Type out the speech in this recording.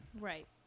Right